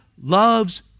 loves